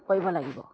কৰিব লাগিব